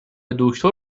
دکتر